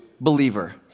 believer